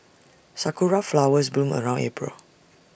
Sakura Flowers bloom around April